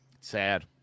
Sad